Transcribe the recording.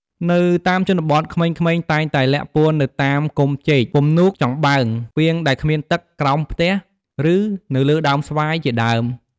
នៅតាមជនបទ ក្មេងៗតែងតែលាក់ពួននៅតាមគុម្ពចេក ពំនូកចំបើង ពាងដែលគ្មានទឹក ក្រោមផ្ទះ ឬ នៅលើដើមស្វាយជាដើម។